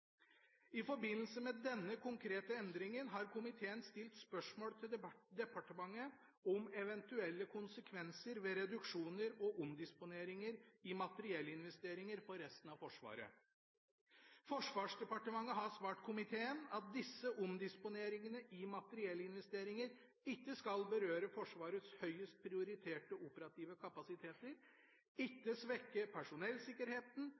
I forbindelse med denne konkrete endringen har komiteen stilt spørsmål til departementet om eventuelle konsekvenser ved reduksjoner og omdisponeringer i materiellinvesteringer for resten av Forsvaret. Forsvarsdepartementet har svart komiteen at disse omdisponeringene i materiellinvesteringer ikke skal berøre Forsvarets høyest prioriterte operative kapasiteter, ikke svekke personellsikkerheten,